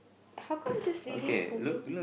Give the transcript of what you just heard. how come this lady holding